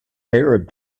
arab